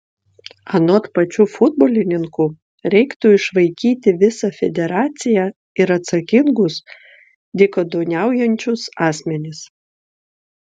anot pačių futbolininkų reiktų išvaikyti visą federaciją ir atsakingus dykaduoniaujančius asmenis